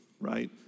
right